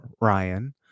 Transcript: Ryan